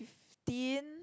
fifteen